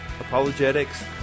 apologetics